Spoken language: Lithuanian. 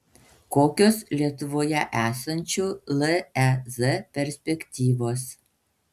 kokios lietuvoje esančių lez perspektyvos